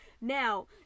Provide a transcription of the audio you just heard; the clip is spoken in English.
Now